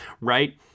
right